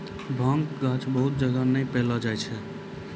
भांगक गाछ बहुत जगह नै पैलो जाय छै